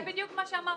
זה בדיוק מה שאמרתי,